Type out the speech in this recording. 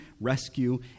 rescue